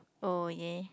oh yeah